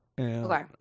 Okay